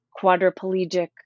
quadriplegic